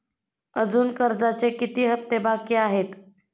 अजुन कर्जाचे किती हप्ते बाकी आहेत?